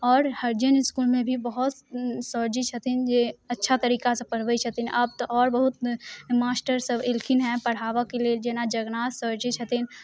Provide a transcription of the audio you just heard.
आओर हरिजन इसकूलमे भी बहुत सरजी छथिन जे अच्छा तरीकासँ पढ़बै छथिन आब तऽ आओर बहुत मास्टर सभ एलखिन हँ पढ़ाबऽके लेल जेना जगन्नाथ सर जे छथिन